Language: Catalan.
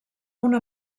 una